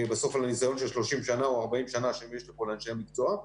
מניסיון של 30 או 40 שנה שיש לכל אנשי המקצוע.